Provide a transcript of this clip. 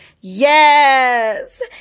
Yes